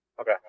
okay